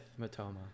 Matoma